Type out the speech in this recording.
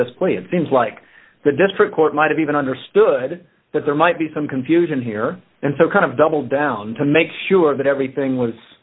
this play it seems like the district court might have even understood that there might be some confusion here and so kind of double down to make sure that everything was